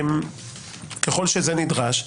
ככל שזה נדרש,